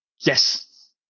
Yes